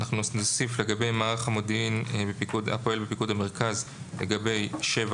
אנחנו נוסיף לגבי מערך המודיעין הפועל בפיקוד המרכז לגבי (7),